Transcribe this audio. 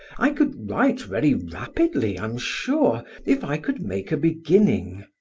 i could write very rapidly, i am sure, if i could make a beginning.